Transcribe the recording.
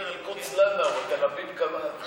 הוא אומר: אל-קודס לנא, ותל אביב כמאן.